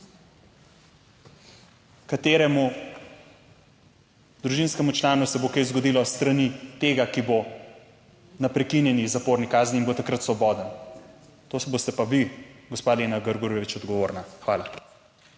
kateremu družinskemu članu se bo kaj zgodilo s strani tega, ki bo na prekinjeni zaporni kazni in bo takrat svoboden, to boste pa vi, gospa Lena Grgurevič odgovorna. Hvala.